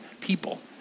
people